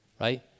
right